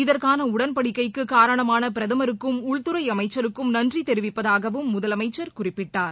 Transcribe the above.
இதற்கான உடன்படிக்கைக்கு காரணமான பிரதமருக்கும் உள்துறை அமைச்சருக்கும் நன்றி தெரிவிப்பதாகவும் முதலமைச்சர் குறிப்பிட்டார்